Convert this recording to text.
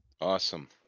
Awesome